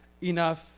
enough